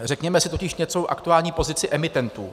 Řekněme si totiž něco o aktuální pozici emitentů.